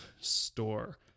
store